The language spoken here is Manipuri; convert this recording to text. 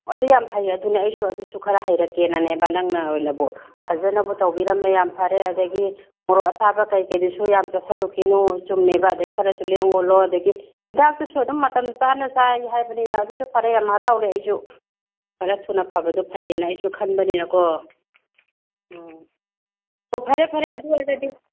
ꯑꯗꯨ ꯌꯥꯝ ꯐꯩ ꯑꯗꯨꯅꯦ ꯑꯩꯁꯨ ꯑꯗꯨꯁꯨ ꯈꯔ ꯍꯥꯏꯔꯛꯀꯦꯅꯅꯦꯕ ꯅꯪꯅ ꯑꯣꯏꯅꯕꯨ ꯐꯖꯅꯕꯨ ꯇꯧꯔꯤꯔꯝꯃꯦ ꯌꯥꯝ ꯐꯔꯦ ꯑꯗꯨꯗꯒꯤ ꯃꯔꯣꯛ ꯑꯥꯁꯥꯕ ꯀꯩ ꯀꯩꯗꯨꯁꯨ ꯌꯥꯝ ꯆꯥꯁꯤꯜꯂꯨꯈꯤꯅꯨ ꯆꯨꯝꯃꯦꯕ ꯑꯗꯨꯗꯩ ꯈꯔꯁꯨ ꯂꯦꯡ ꯑꯣꯠꯂꯣ ꯑꯗꯨꯗꯒꯤ ꯍꯤꯗꯥꯛꯇꯨꯁꯨ ꯑꯗꯨꯝ ꯃꯇꯝ ꯆꯥꯅ ꯆꯥꯏ ꯍꯥꯏꯕꯅꯤꯅ ꯑꯗꯨꯁꯨ ꯐꯔꯦ ꯌꯥꯝ ꯍꯥꯔꯥꯎꯔꯦ ꯑꯩꯁꯨ ꯈꯔ ꯊꯨꯅ ꯐꯕꯗꯨ ꯐꯩꯌꯦꯅ ꯑꯩꯁꯨ ꯈꯟꯕꯅꯤꯅꯀꯣ ꯎꯝ ꯑꯣ ꯐꯔꯦ ꯐꯔꯦ ꯑꯗꯨ ꯑꯣꯏꯔꯗꯤ